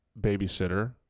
babysitter